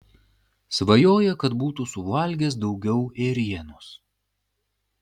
svajoja kad būtų suvalgęs daugiau ėrienos